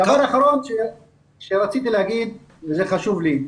דבר אחרון שרציתי להגיד וזה חשוב לי.